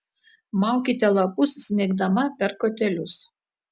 maukite lapus smeigdama per kotelius